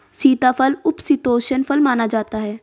सीताफल उपशीतोष्ण फल माना जाता है